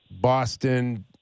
Boston